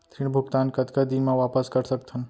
ऋण भुगतान कतका दिन म वापस कर सकथन?